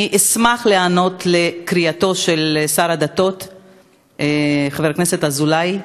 אני אשמח להיענות לקריאתו של השר לשירותי דת חבר הכנסת אזולאי.